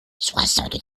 soixante